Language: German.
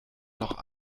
noch